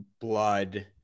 blood